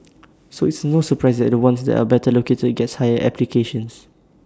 so it's no surprise the ones that are better located gets higher applications